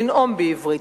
לנאום בעברית,